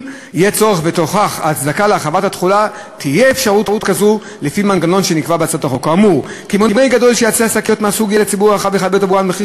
ההסדר המוצע נועד להבטיח ירידה בהיקף השימוש בשקיות נשיאה חד-פעמיות